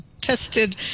tested